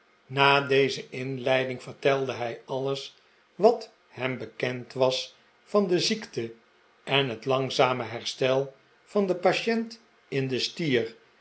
na deze inleiding vertelde hij alles wat hem bekend was van de ziekte en het langzame herstel van den patient in de stier